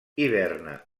hiverna